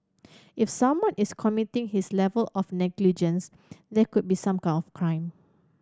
if someone is committing his level of negligence there could be some kind of crime